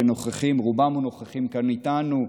שרובם נוכחים כאן איתנו,